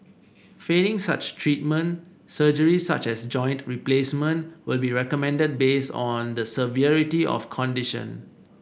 failing such treatment surgery such as joint replacement will be recommended based on the severity of condition